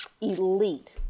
Elite